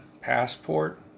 passport